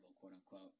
quote-unquote